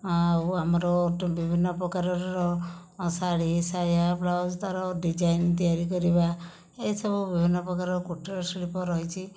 ଆଉ ଆମର ବିଭିନ୍ନ ପ୍ରକାରର ଶାଢ଼ୀ ସାୟା ବ୍ଲାଉଜ ତାର ଡିଜାଇନ ତିଆରି କରିବା ଏସବୁ ବିଭିନ୍ନ ପ୍ରକାରର କୁଟୀର ଶିଳ୍ପ ରହିଛି